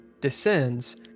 descends